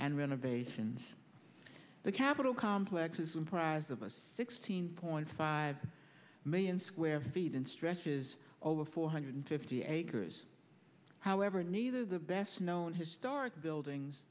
and renovations the capitol complex is one prize of a sixteen point five million square feet in stretches over four hundred fifty acres however neither the best known historic buildings